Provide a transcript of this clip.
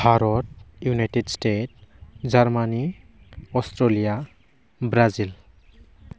Bharat united state Germany Australia Brazil